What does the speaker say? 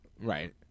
Right